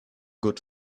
good